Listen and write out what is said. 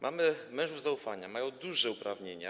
Mamy mężów zaufania, którzy mają duże uprawnienia.